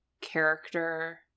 character –